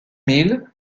mill